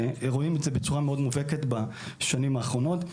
ורואים את זה בצורה מאוד מובהקת בשנים האחרונות.